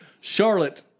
Charlotte